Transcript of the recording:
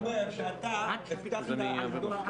אז מה אם היה לכם פריימריז, והיה לכם,